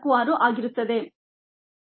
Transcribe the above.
46 ಆಗಿರುತ್ತದೆ